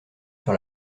sur